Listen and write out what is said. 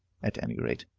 at any rate.